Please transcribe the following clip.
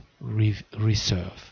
reserve